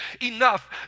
enough